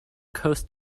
coast